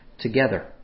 together